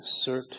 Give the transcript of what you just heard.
assert